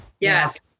Yes